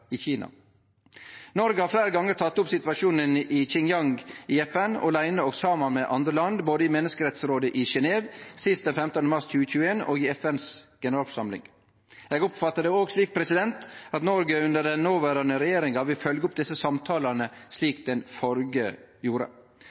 i Kina. Noreg har fleire gonger teke opp situasjonen i Xinjiang i FN, åleine og saman med andre land, både i Menneskerettsrådet i Genève, sist den 15. mars 2021, og i generalforsamlinga i FN. Eg oppfattar det òg slik at Noreg under den noverande regjeringa vil følgje opp desse samtalane, slik den førre gjorde.